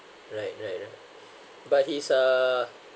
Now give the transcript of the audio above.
right right right but he's uh